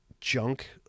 junk